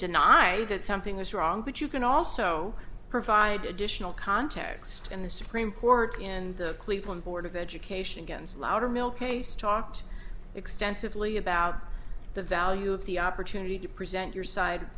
deny that something is wrong but you can also provide additional context in the supreme court in the cleveland board of education against loudermilk case talked extensively about the value of the opportunity to present your side